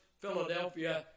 Philadelphia